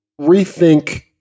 rethink